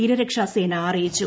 തീരരക്ഷാ സേന അറിയിച്ചു